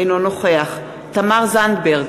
אינו נוכח תמר זנדברג,